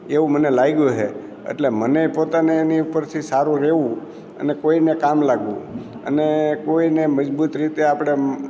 એવું મને લાગ્યું છે એટલે મને પોતાને એની ઉપરથી સારું રહેવું અને કોઈને કામ લાગવું અને કોઈને મજબૂત રીતે આપણે